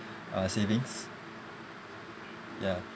uh savings ya